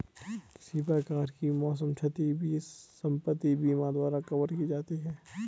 किसी प्रकार की मौसम क्षति भी संपत्ति बीमा द्वारा कवर की जाती है